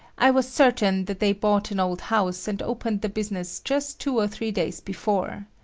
i was certain that they bought an old house and opened the business just two or three days before.